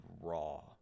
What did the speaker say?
raw